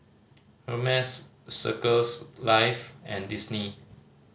Hermes Circles Life and Disney